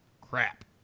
Crap